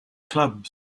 clubs